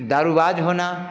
दारुबाज़ होना